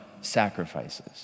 sacrifices